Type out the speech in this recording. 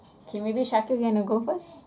'K maybe shati do you want to go first